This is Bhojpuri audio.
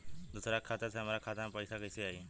दूसरा के खाता से हमरा खाता में पैसा कैसे आई?